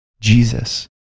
Jesus